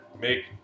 Make